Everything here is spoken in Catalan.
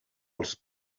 als